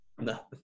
No